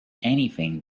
anything